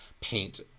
paint